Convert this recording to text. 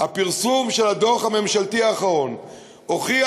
הפרסום של הדוח הממשלתי האחרון הוכיח,